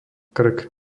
krk